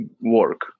work